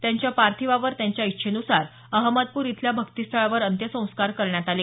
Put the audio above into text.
त्यांच्या पार्थिवावर त्यांच्या इच्छेनुसार अहमदपूर इथल्या भक्तीस्थळावर अंत्यसंस्कार करण्यात आले